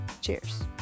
cheers